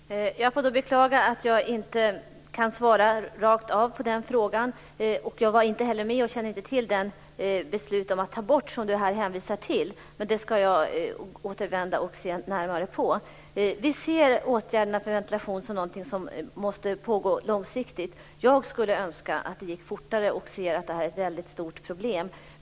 Herr talman! Jag får beklaga att jag inte kan svara direkt på den frågan. Jag var inte med om och känner inte heller till det beslut om avskaffande som det här hänvisas till. Jag ska gå tillbaka till det och se närmare på detta. Vi ser åtgärderna för ventilation som någonting som måste pågå långsiktigt. Jag skulle önska att det gick fortare, och jag inser att det här är ett väldigt stort problem.